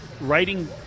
writing